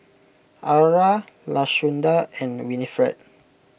Aura Lashunda and Winifred